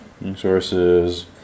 Resources